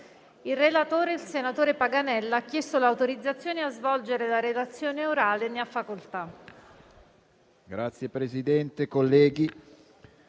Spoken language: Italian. Il relatore, senatore Paganella, ha chiesto l'autorizzazione a svolgere la relazione orale. Non facendosi